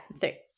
three